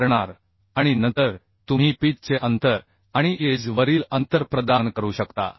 वापरणार आणि नंतर तुम्ही पिच चे अंतर आणि एज वरील अंतर प्रदान करू शकता